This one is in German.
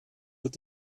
wird